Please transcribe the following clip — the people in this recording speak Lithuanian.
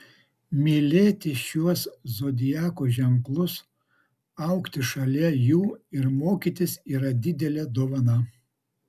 mylėti šiuos zodiako ženklus augti šalia jų ir mokytis yra didelė dovana